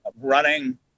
running